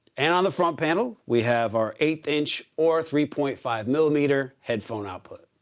and on the front panel we have our eighth-inch or three point five millimeter headphone output.